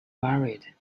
worried